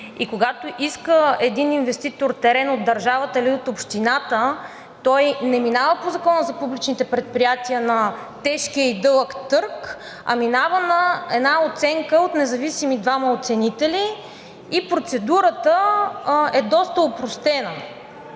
и когато иска един инвеститор терен от държавата или от общината, той не минава по Закона за публичните предприятия – на тежкия и дълъг търг, а минава на една оценка от независими двама оценители. Процедурата е доста опростена.